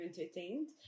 entertained